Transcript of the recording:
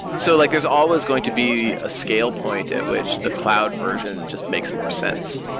so like there's always going to be a scale point at which the cloud version just makes more sense,